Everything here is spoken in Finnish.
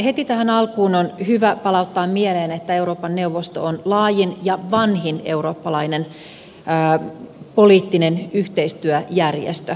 heti tähän alkuun on hyvä palauttaa mieleen että euroopan neuvosto on laajin ja vanhin eurooppalainen poliittinen yhteistyöjärjestö